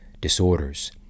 disorders